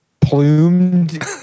plumed